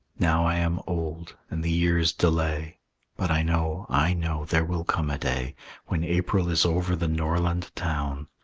now i am old, and the years delay but i know, i know, there will come a day when april is over the norland town.